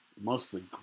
mostly